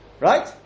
Right